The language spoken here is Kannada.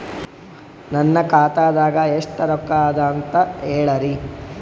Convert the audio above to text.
ನನ್ನ ಖಾತಾದಾಗ ಎಷ್ಟ ರೊಕ್ಕ ಅದ ಅಂತ ಹೇಳರಿ?